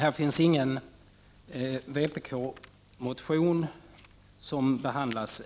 Fru talman!